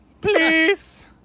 Please